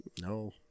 No